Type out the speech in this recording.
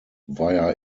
via